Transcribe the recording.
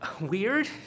weird